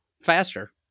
Faster